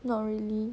not really